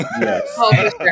Yes